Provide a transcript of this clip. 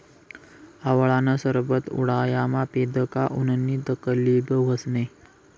आवळानं सरबत उंडायामा पीदं का उननी तकलीब व्हस नै